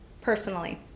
personally